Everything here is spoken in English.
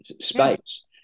space